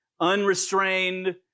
unrestrained